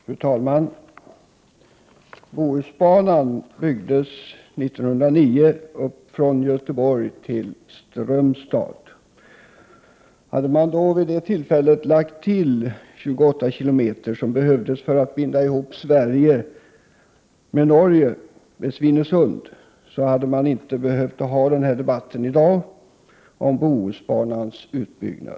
Fru talman! Bohusbanan byggdes 1909 och gick från Göteborg till Strömstad. Hade man vid det tillfället lagt till de 28 kilometer som behövdes för att förbinda Sverige med Norge vid Svinesund, hade vi inte behövt ha den här debatten i dag om en utbyggnad av Bohusbanan.